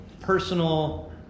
personal